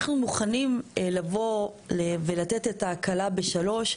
אנחנו מוכנים לבוא ולתת את ההקלה ב-3,